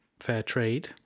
Fairtrade